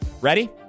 Ready